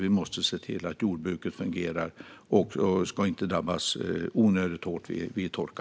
Vi måste se till att jordbruket fungerar, och det ska inte drabbas onödigt hårt vid torka.